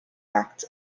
act